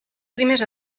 primers